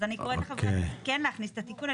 אז אני קוראת לחברי הכנסת כן להכניס את התיקון.